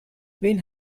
wen